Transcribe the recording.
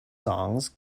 songs